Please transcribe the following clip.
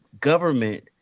government